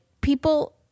people –